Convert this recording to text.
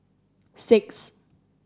six